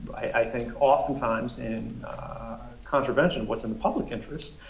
i think oftentimes in contravention of what's in the public interest,